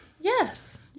Yes